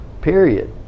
period